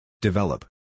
Develop